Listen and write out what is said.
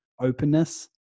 openness